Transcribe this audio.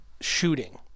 shooting